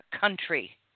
country